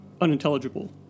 unintelligible